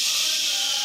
ששש.